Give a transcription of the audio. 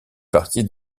partie